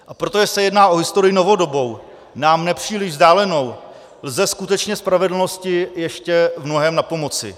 A protože se jedná o historii novodobou, nám nepříliš vzdálenou, lze skutečně spravedlnosti ještě v mnohém napomoci.